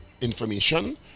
information